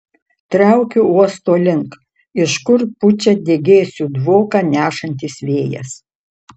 traukiu uosto link iš kur pučia degėsių dvoką nešantis vėjas